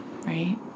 right